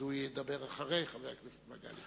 אז הוא ידבר אחרי חבר הכנסת והבה.